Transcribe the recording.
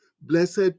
Blessed